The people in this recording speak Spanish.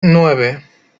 nueve